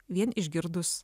vien išgirdus